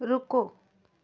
ਰੁਕੋ